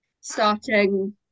starting